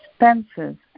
expenses